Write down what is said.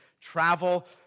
travel